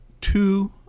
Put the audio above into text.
two